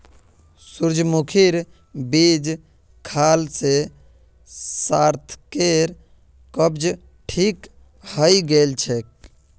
सूरजमुखीर बीज खाल से सार्थकेर कब्ज ठीक हइ गेल छेक